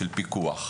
של פיקוח,